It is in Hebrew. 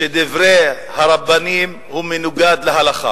שדברי הרבנים מנוגדים להלכה.